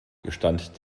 gestand